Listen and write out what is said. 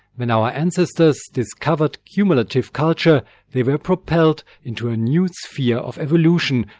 when our ancestors discovered cumulative culture they were propelled into a new sphere of evolution,